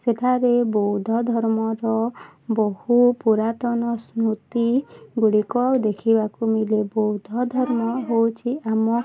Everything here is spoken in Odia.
ସେଠାରେ ବୌଦ୍ଧ ଧର୍ମର ବହୁ ପୁରାତନ ସ୍ମୃତିଗୁଡ଼ିକ ଦେଖିବାକୁ ମିଳେ ବୌଦ୍ଧ ଧର୍ମ ହେଉଛି ଆମ